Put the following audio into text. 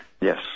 Yes